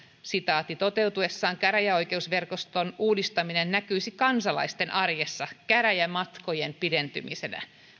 toteutuessaan käräjäoikeusverkoston uudistaminen näkyisi kansalaisten arjessa käräjämatkojen pidentymisenä